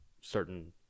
certain